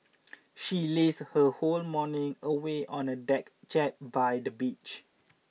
she lazed her whole morning away on a deck chair by the beach